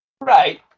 Right